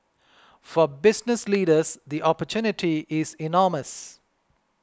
for business leaders the opportunity is enormous